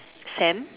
Sam